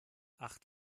acht